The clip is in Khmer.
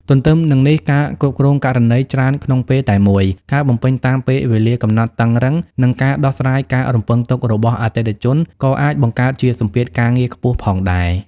ទទ្ទឹមនឹងនេះ ការគ្រប់គ្រងករណីច្រើនក្នុងពេលតែមួយ ការបំពេញតាមពេលវេលាកំណត់តឹងរ៉ឹង និងការដោះស្រាយការរំពឹងទុករបស់អតិថិជនក៏អាចបង្កើតជាសម្ពាធការងារខ្ពស់ផងដែរ។